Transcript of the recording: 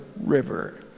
River